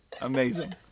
Amazing